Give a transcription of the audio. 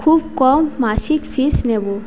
খুব কম মাসিক ফিস নেবো